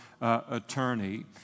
attorney